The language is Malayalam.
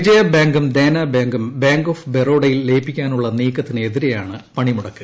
വിജയബാങ്കും ദേനാ ബാങ്കും ബാങ്ക് ഓഫ് ബറോഡയിൽ ലയിപ്പിക്കാനുള്ള നീക്കത്തിന് എതിരെയാണ് പണിമുടക്ക്